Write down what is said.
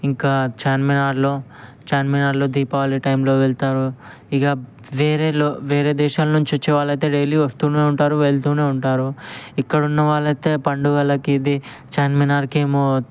ఇంకా చార్మినార్లో చార్మినార్లో దీపావళి టైమ్లో వెళ్తారు ఇక వేరేలో వేరే దేశాలనుంచి వచ్చే వాళ్ళయితే డైలీ వస్తూనే ఉంటారు వెళ్తూనే ఉంటారు ఇక్కడ ఉన్న వాళ్ళయితే పండుగలకి ఇది చార్మినార్కేమో